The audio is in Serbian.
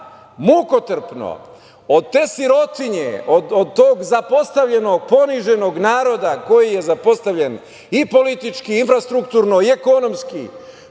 mukotrpno od te sirotinje, od tog zapostavljenog, poniženog naroda koji je zapostavljen i politički i infrastrukturno i ekonomski,